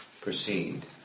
proceed